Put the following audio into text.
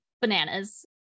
bananas